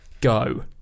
Go